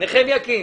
נחמיה קינד,